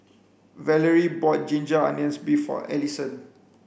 Valerie bought ginger onions beef for Alisson